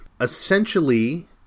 essentially